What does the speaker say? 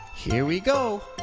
here we go!